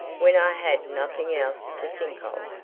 when i had nothing else to think of.